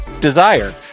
Desire